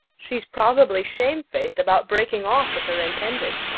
she's probably shamefaced about breaking off with her intended.